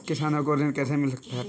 किसानों को ऋण कैसे मिल सकता है?